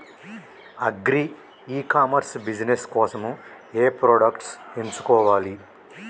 Agri e commerce business కోసము ఏ products ఎంచుకోవాలి?